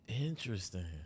Interesting